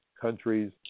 countries